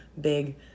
big